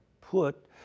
put